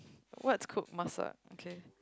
what's cook masak okay